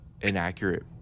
inaccurate